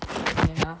ya